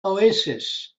oasis